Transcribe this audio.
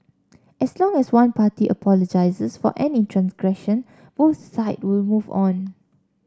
as long as one party apologises for any transgression both side will move on